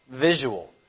Visual